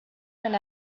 went